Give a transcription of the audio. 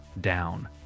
down